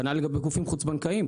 כנ"ל לגבי גופים חוץ בנקאיים,